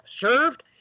served